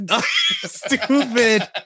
stupid